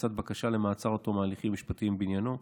לצד בקשה למעצר עד תום ההליכים משפטיים בעניינו.